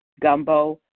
gumbo